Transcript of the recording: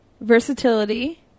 versatility